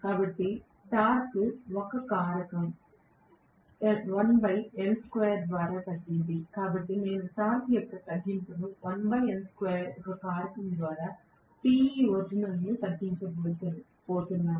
కాబట్టి టార్క్ ఒక కారకం ద్వారా తగ్గింది కాబట్టి నేను టార్క్ యొక్క తగ్గింపును యొక్క కారకం ద్వారా Te original ను తగ్గించబోతున్నాను